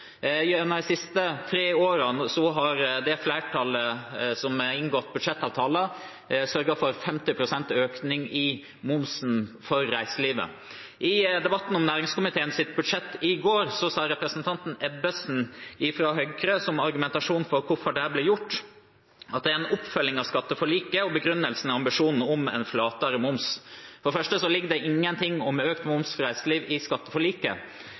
Gjennom de siste tre årene har det flertallet som har inngått budsjettavtaler, sørget for 50 pst. økning i momsen for reiselivet. I debatten om næringskomiteens budsjett i går sa representanten Ebbesen fra Høyre som argument for hvorfor dette ble gjort, at det er en oppfølging av skatteforliket, og begrunnelsen er ambisjonen om en flatere moms. For det første ligger det ingenting om økt moms for reiseliv i skatteforliket.